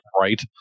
Right